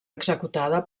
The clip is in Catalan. executada